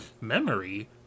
Memory